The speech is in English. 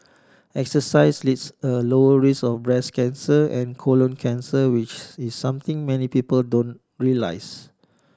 exercise leads a lower risk of breast cancer and colon cancer which is something many people don't realise